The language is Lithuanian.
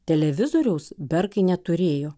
televizoriaus berkai neturėjo